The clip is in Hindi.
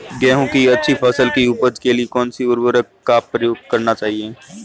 गेहूँ की अच्छी फसल की उपज के लिए कौनसी उर्वरक का प्रयोग करना चाहिए?